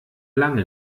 lange